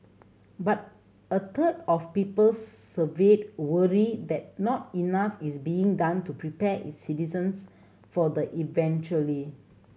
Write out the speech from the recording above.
but a third of people surveyed worry that not enough is being done to prepare its citizens for the eventuality